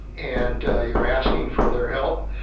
and you're asking for their help.